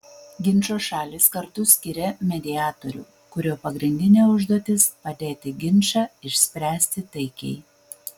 ginčo šalys kartu skiria mediatorių kurio pagrindinė užduotis padėti ginčą išspręsti taikiai